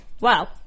Wow